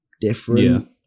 different